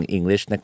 English